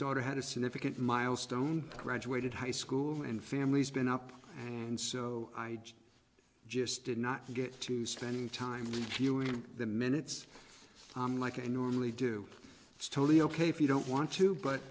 daughter had a significant milestone graduated high school and family's been up and so i just did not get to spend time feeling in the minutes i'm like i normally do it's totally ok if you don't want to but